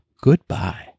Goodbye